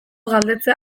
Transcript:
galdetzea